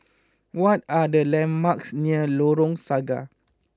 what are the landmarks near Lengkok Saga